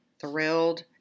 thrilled